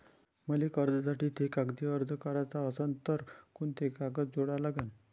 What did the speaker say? मले कर्जासाठी थे कागदी अर्ज कराचा असन तर कुंते कागद जोडा लागन?